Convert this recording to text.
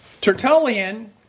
Tertullian